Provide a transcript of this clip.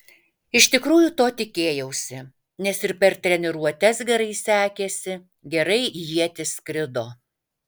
iš tikrųjų to tikėjausi nes ir per treniruotes gerai sekėsi gerai ietis skrido